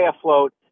afloat